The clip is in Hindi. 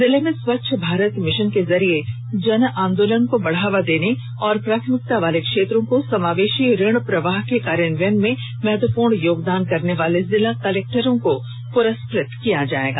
जिले में स्वच्छ भारत मिशन के जरिए जन आंदोलनों को बढ़ावा देने और प्राथमिकता वाले क्षेत्रों को समावेशी ऋण प्रवाह के कार्यान्वयन में महत्वपूर्ण योगदान करने वाले जिला कलेक्ट्रों को प्रस्कृत किया जाएगा